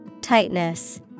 Tightness